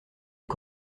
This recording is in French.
les